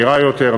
מהירה יותר,